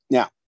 Now